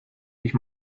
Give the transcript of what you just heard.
ich